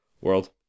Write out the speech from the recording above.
world